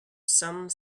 some